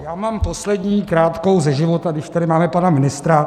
Já mám poslední krátkou ze života, když tady máme pana ministra.